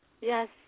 Yes